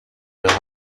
leur